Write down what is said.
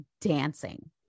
dancing